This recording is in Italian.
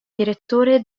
direttore